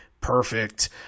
perfect